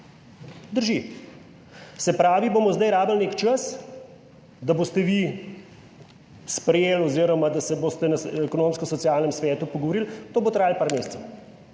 Drži. Se pravi, bomo zdaj rabili nek čas, da boste vi sprejeli oziroma da se boste na Ekonomsko-socialnem svetu pogovorili, to bo trajalo par mesecev,